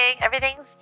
everything's